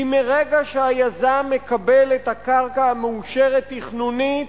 כי מרגע שהיזם מקבל את הקרקע המאושרת, תכנונית,